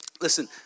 Listen